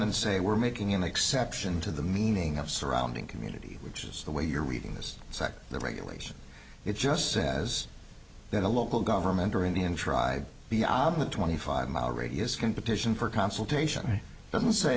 and say we're making an exception to the meaning of surrounding community which is the way you're reading this sect the regulation it just says that a local government or indian tribe be obvious to any five mile radius can petition for consultation doesn't say